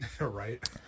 Right